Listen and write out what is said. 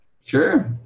Sure